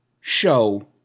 show